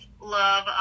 Love